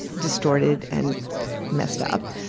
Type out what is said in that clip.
distorted and messed up,